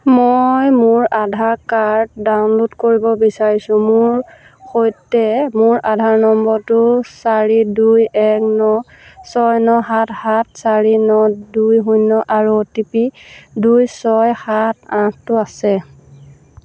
মই মোৰ Aadhaar card download কৰিব বিচাৰিছোঁ মোৰ সৈতে মোৰ আধাৰ নম্বৰটো চাৰি দুই এক ন ছয় ন সাত সাত চাৰি ন দুই শূন্য আৰু অ' টি পি দুই ছয় সাত আঠটো আছে